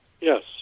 Yes